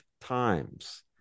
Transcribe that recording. times